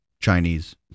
Chinese